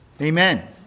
Amen